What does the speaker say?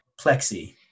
Plexi